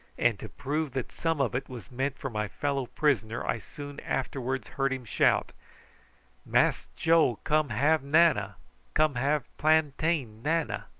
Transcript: and to prove that some of it was meant for my fellow-prisoner i soon afterwards heard him shout mass joe come have nana come have plantain nana.